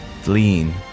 fleeing